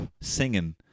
singing